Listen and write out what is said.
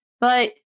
but-